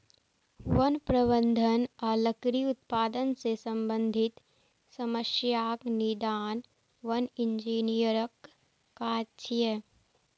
वन प्रबंधन आ लकड़ी उत्पादन सं संबंधित समस्याक निदान वन इंजीनियरक काज छियै